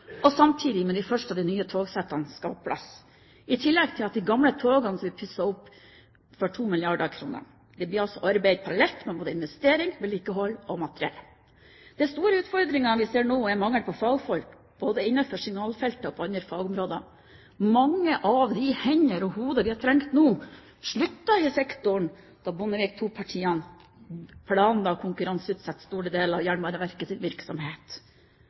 og samtidig med at de første av de nye togsettene skal på plass, i tillegg til de gamle togene som blir pusset opp for 2 milliarder kr. Det blir altså arbeidet parallelt med både investeringer, vedlikehold og materiell. Den store utfordringen vi ser nå, er mangel på fagfolk, både innenfor signalfeltet og på andre fagområder. Mange av de hender og hoder vi hadde trengt nå, sluttet i sektoren da Bondevik II-partiene planla å konkurranseutsette store deler av Jernbaneverkets virksomhet. I februar 2005 fikk alle i Jernbaneverket